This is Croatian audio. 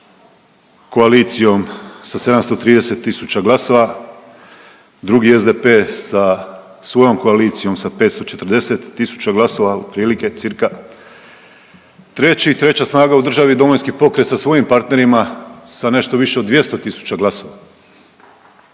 koalicijom sa 730 tisuća glasova, drugi SDP sa svojom koalicijom sa 540 tisuća glasova otprilike cca, treći, treća snaga u državi Domovinski pokret sa svojim partnerima sa nešto više od 200 tisuća glasova,